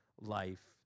life